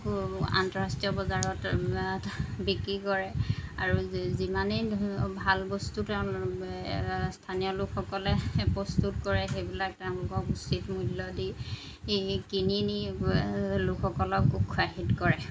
আন্তঃৰাষ্ট্ৰীয় বজাৰত বিক্ৰী কৰে আৰু যি যিমানেই ভাল বস্তু তেওঁ স্থানীয় লোকসকলে প্ৰস্তুত কৰে সেইবিলাক তেওঁলোকক উচিত মূল্য দি কিনি নি লোকসকলক উৎসাহিত কৰে